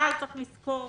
אבל צריך לזכור